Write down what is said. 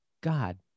God